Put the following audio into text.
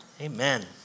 Amen